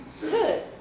Good